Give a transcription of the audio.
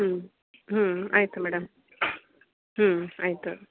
ಹ್ಞೂ ಹ್ಞೂ ಆಯಿತು ಮೇಡಮ್ ಹ್ಞೂ ಆಯಿತು